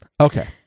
Okay